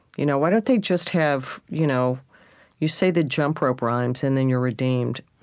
you know why don't they just have you know you say the jump-rope rhymes, and then you're redeemed?